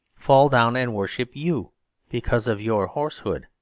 fall down and worship you because of your horsehood?